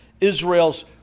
Israel's